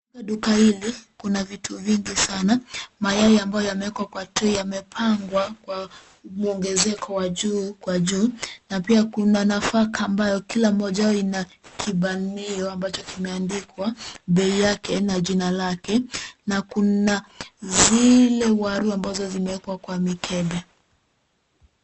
Kwa duka hili kuna vitu vingi sana. Mayai ambayo yamewekwa kwa tui yamepangwa kwa mwongezeko wa juu kwa juu na pia kuna nafaka ambayo kila moja wao ina kibanio ambacho kimeandikwa bei yake na jina lake na kuna zile waru ambazo zimewekwa kwa mikebe.